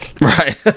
Right